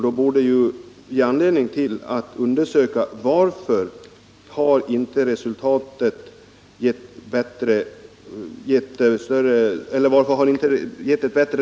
Det borde ge anledning att undersöka varför resultatet inte blivit bättre.